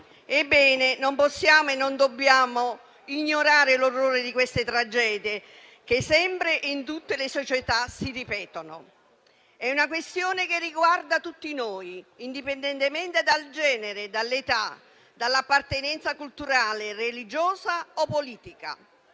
Ebbene, non possiamo e non dobbiamo ignorare l'orrore di queste tragedie, che sempre e in tutte le società si ripetono. È una questione che riguarda tutti noi, indipendentemente dal genere, dall'età, dall'appartenenza culturale, religiosa o politica.